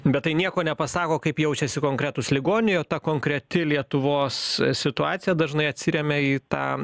bet tai nieko nepasako kaip jaučiasi konkretūs ligoniai o ta konkreti lietuvos situacija dažnai atsiremia į tą